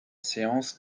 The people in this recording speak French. séance